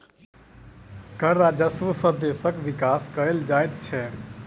कर राजस्व सॅ देशक विकास कयल जाइत छै